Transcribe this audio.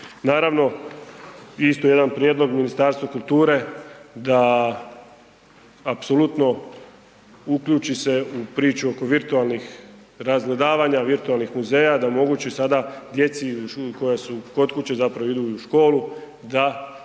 Naravno, isto jedan prijedlog Ministarstva kulture da apsolutno uključi se u priču oko virtualnih razgledavanja, virtualnih muzeja, da omogući sada djeci koja su kod kuće i zapravo idu i u školu da ostaju,